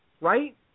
Right